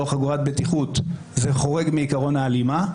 חגורת בטיחות זה חורג מעיקרון ההלימה.